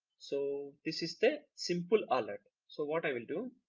so this is the simple alert. so what i will do?